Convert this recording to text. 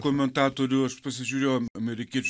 komentatorių aš pasižiūriu amerikiečių